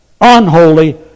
unholy